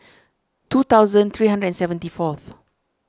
two thousand three hundred and seventy fourth